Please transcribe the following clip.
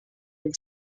and